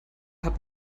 hat